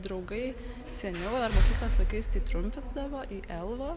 draugai seniau dar mokyklos laikais tai trumpindavo į elvo